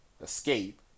escape